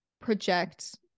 project